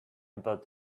about